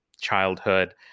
childhood